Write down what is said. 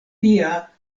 tia